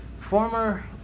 Former